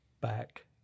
back